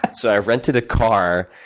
and so, i rented a car,